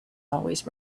always